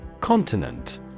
Continent